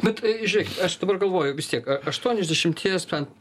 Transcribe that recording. bet žiūrėkit aš dabar galvoju vis tiek aštuoniasdešimties ten